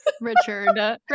Richard